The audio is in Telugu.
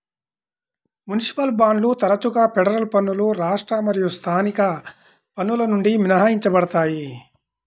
మునిసిపల్ బాండ్లు తరచుగా ఫెడరల్ పన్నులు రాష్ట్ర మరియు స్థానిక పన్నుల నుండి మినహాయించబడతాయి